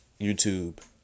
YouTube